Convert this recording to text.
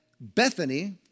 Bethany